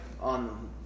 on